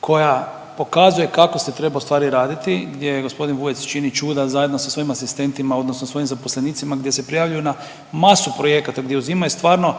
koja pokazuje kako se treba ustvari raditi gdje je g. Vujec čini čuda zajedno sa svojim asistentima odnosno svojim zaposlenicima gdje se prijavljuju na masu projekata gdje uzimaju stvarno